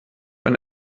ein